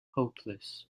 hopeless